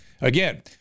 Again